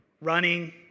running